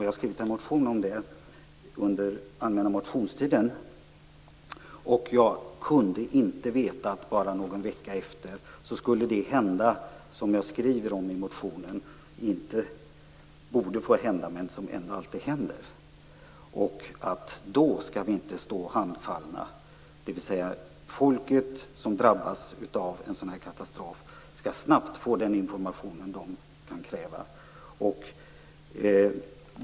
Jag har väckt en motion i frågan under allmänna motionstiden. Jag kunde inte veta att bara någon vecka därefter skulle det hända som jag skriver i motionen inte borde få hända men som ändå alltid händer. Då skall vi inte stå handfallna. De människor som drabbas av en sådan här katastrof skall snabbt få den information som de kan kräva.